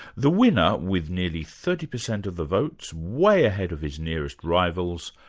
the winner, with nearly thirty percent of the votes, way ahead of his nearest rivals,